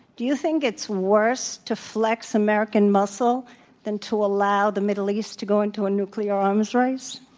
do you think it's worse to flex american muscle than to allow the middle east to go into a nuclear arms race?